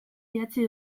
idatzi